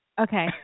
Okay